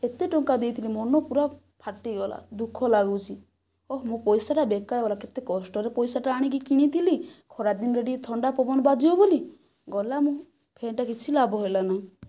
କେତେ ଟଙ୍କା ଦେଇଥିଲି ମନ ପୂରା ଫାଟିଗଲା ଦୁଖ ଲାଗୁଛି ଓଃ ମୋ' ପଇସାଟା ବେକାର ଗଲା କେତେ କଷ୍ଟରେ ପଇସାଟା ଆଣିକି କିଣିଥିଲି ଖରାଦିନେ ଥଣ୍ଡା ପବନ ବାଜିବ ବୋଲି ଗଲା ମୋ' ଫ୍ୟାନ୍ଟା କିଛି ଲାଭ ହେଲାନାହିଁ